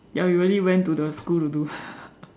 ya we really went to the school to do